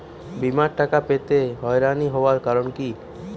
বিমার টাকা পেতে হয়রানি হওয়ার কারণ কি?